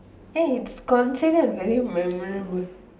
ya it's considered very memorable